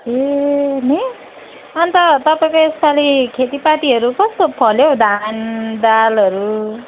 ए नि अन्त तपाईँको यसपालि खेतीपातीहरू कस्तो फल्यो हौ धान दालहरू